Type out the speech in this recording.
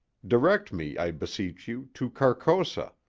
direct me, i beseech you, to carcosa.